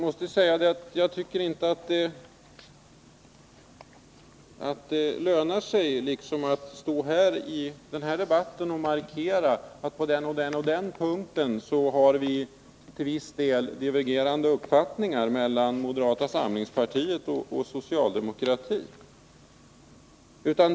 Fru talman! Jag tycker inte att det lönar sig att i den här debatten försöka markera att det på den eller den punkten finns divergerande uppfattningar mellan moderata samlingspartiet och socialdemokratin.